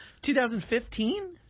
2015